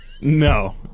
No